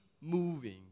moving